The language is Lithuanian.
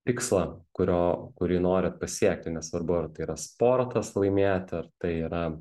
tikslą kurio kurį norit pasiekti nesvarbu ar tai yra sportas laimėti ar tai yra